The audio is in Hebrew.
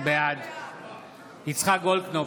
בעד יצחק גולדקנופ,